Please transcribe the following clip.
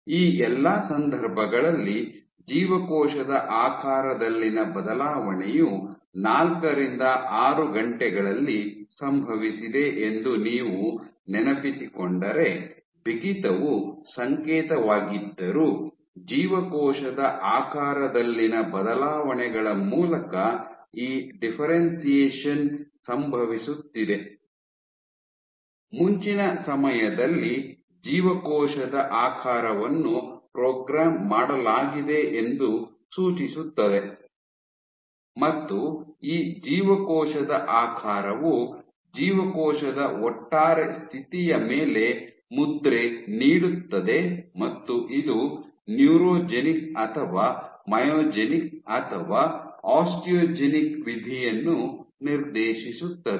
ಈ ಎಲ್ಲಾ ಸಂದರ್ಭಗಳಲ್ಲಿ ಜೀವಕೋಶದ ಆಕಾರದಲ್ಲಿನ ಬದಲಾವಣೆಯು ನಾಲ್ಕರಿಂದ ಆರು ಗಂಟೆಗಳಲ್ಲಿ ಸಂಭವಿಸಿದೆ ಎಂದು ನೀವು ನೆನಪಿಸಿಕೊಂಡರೆ ಬಿಗಿತವು ಸಂಕೇತವಾಗಿದ್ದರೂ ಜೀವಕೋಶದ ಆಕಾರದಲ್ಲಿನ ಬದಲಾವಣೆಗಳ ಮೂಲಕ ಈ ಡಿಫ್ಫೆರೆನ್ಶಿಯೇಶನ್ ಸಂಭವಿಸುತ್ತಿದೆ ಮುಂಚಿನ ಸಮಯದಲ್ಲಿ ಜೀವಕೋಶದ ಆಕಾರವನ್ನು ಪ್ರೋಗ್ರಾಮ್ ಮಾಡಲಾಗಿದೆಯೆಂದು ಸೂಚಿಸುತ್ತದೆ ಮತ್ತು ಈ ಜೀವಕೋಶದ ಆಕಾರವು ಜೀವಕೋಶದ ಒಟ್ಟಾರೆ ಸ್ಥಿತಿಯ ಮೇಲೆ ಮುದ್ರೆ ನೀಡುತ್ತದೆ ಮತ್ತು ಇದು ನ್ಯೂರೋಜೆನಿಕ್ ಅಥವಾ ಮೈಯೋಜೆನಿಕ್ ಅಥವಾ ಆಸ್ಟಿಯೋಜೆನಿಕ್ ವಿಧಿಯನ್ನು ನಿರ್ದೇಶಿಸುತ್ತದೆ